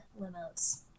limos